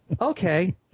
okay